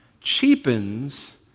cheapens